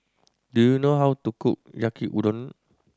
do you know how to cook Yaki Udon